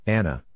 Anna